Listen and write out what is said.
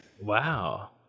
Wow